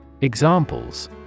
Examples